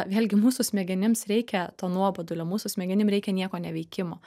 vėlgi mūsų smegenims reikia to nuobodulio mūsų smegenim reikia nieko neveikimo